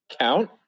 count